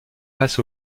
face